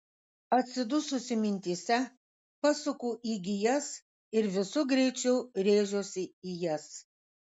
atsidususi mintyse pasuku į gijas ir visu greičiu rėžiuosi į jas